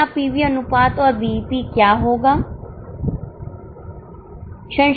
नया पीवी अनुपात और बीईपी क्या होगा